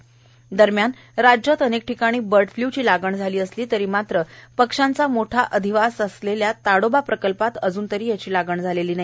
ताडोबा राज्यात अनेक ठिकाणी बर्ड फ्लूची लागण झाली असली तरी मात्र पक्षांचा मोठा अधिवास असलेल्या ताडोबा प्रकल्पात अजून तरी याची लागण झालेली नाही